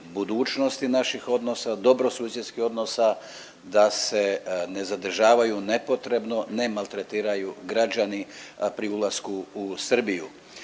naših odnosa, dobrosusjedskih odnosa da se ne zadržavaju nepotrebno, ne maltretiraju građani pri ulasku u Srbiju.